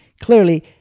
Clearly